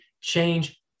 change